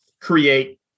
create